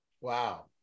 Wow